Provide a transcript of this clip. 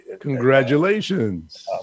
Congratulations